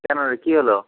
কেন রে কী হলো